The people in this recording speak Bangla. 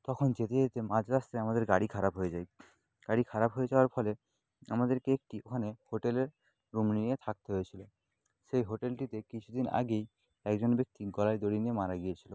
তখন যেতে যেতে মাঝ রাস্তায় আমাদের গাড়ি খারাপ হয়ে যায় গাড়ি খারাপ হয়ে যাওয়ার ফলে আমাদেরকে একটি ওখানে হোটেলে রুম নিয়ে থাকতে হয়েছিলো সেই হোটেলটিতে কিছু দিন আগেই একজন ব্যক্তি গলায় দড়ি দিয়ে মারা গিয়েছিলো